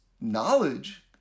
knowledge